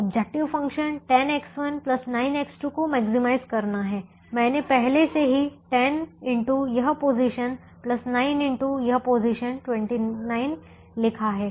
objective function 10X1 9X2 को maximise करना है मैंने पहले से ही 10 यह पोजीशन 9 यह पोजीशन 29 लिखा है